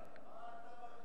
כן, נכון.